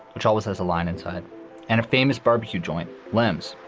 which always has a line inside and a famous barbecue joint, lems,